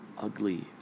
Ugly